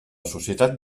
societat